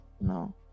No